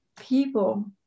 People